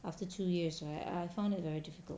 after two years right I found it very difficult